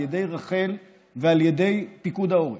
על ידי רח"ל ועל ידי פיקוד העורף.